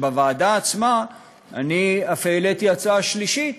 שבוועדה עצמה אני אף העליתי הצעה שלישית,